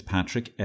Patrick